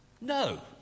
No